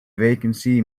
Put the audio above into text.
vacancy